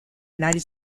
united